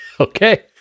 Okay